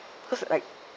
because like